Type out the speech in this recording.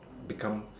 become